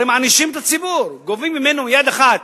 הרי מענישים את הציבור, גובים ממנו ביד אחת,